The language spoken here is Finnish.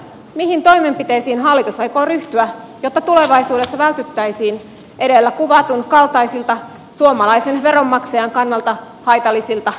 mihin toimenpiteisiin hallitus aikoo ryhtyä jotta tulevaisuudessa vältyttäisiin edellä kuvatun kaltaisilta suomalaisen veronmaksajan kannalta haitallisilta menettelyiltä